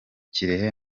kirehe